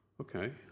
okay